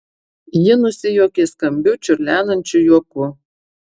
ji nusijuokė skambiu čiurlenančiu juoku